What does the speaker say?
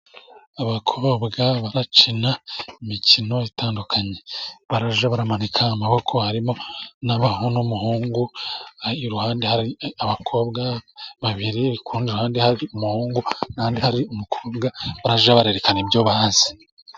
Abakobwa bakina imikino itandukanye barajya bamanika amaboko harimo n'umuhungu, iruhande hari abakobwa babiri ku rundi ruhande hari umuhungu n'ahandi hari umukobwa barajya berekana ibyo bazi.